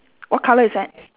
what colour is that